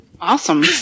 Awesome